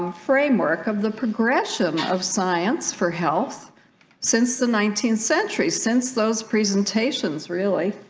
um framework of the progression of science for health since the nineteenth century since those presentations really